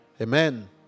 Amen